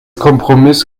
kompromiss